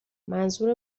منظور